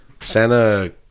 Santa